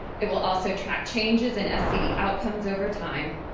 it will also track changes in scd outcomes over time,